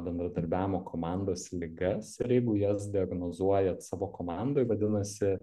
bendradarbiavimo komandos ligas ir jeigu jas diagnozuojat savo komandoj vadinasi